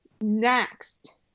next